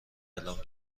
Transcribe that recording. اعلام